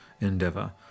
endeavor